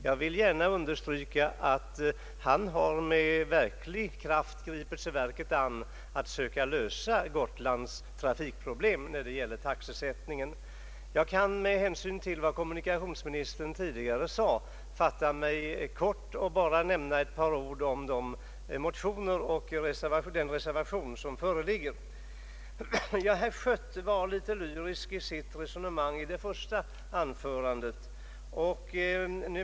Jag vill gärna understryka att han med verklig kraft har gripit sig verket an att söka lösa Gotlands trafikproblem, främst när det gäller taxesättning. Jag kan med hänsyn till vad kommunikationsministern tidigare sagt fatta mig kort och bara nämna ett par ord om de motioner och den reservation som föreligger. Herr Schött var lyrisk i sitt resonemang under det första anförandet.